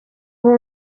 ubu